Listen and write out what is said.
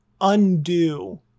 undo